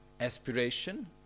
Aspiration